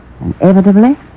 Inevitably